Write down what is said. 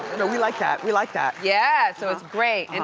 no, we like that. we like that. yeah so it's great. and